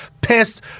pissed